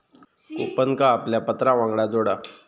कूपनका आपल्या पत्रावांगडान जोडा